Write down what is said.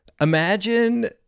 Imagine